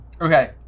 Okay